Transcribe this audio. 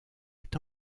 est